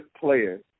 players